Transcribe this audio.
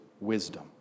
wisdom